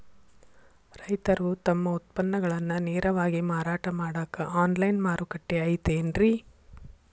ರೈತರು ತಮ್ಮ ಉತ್ಪನ್ನಗಳನ್ನ ನೇರವಾಗಿ ಮಾರಾಟ ಮಾಡಾಕ ಆನ್ಲೈನ್ ಮಾರುಕಟ್ಟೆ ಐತೇನ್ರಿ?